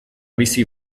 bizi